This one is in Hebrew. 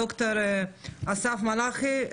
ד"ר אסף מלחי,